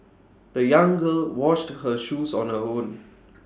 the young girl washed her shoes on her own